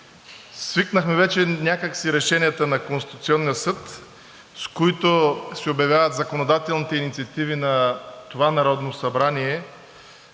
Свикнахме вече някак си решенията на Конституционния съд, с които се обявяват законодателните инициативи на това Народно събрание,